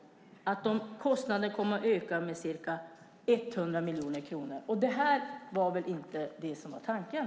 Kostnaderna kommer att öka med ca 100 miljoner kronor. Det var väl inte tanken?